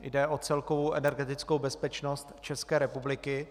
Jde o celkovou energetickou bezpečnost České republiky.